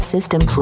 System